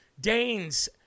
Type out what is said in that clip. Danes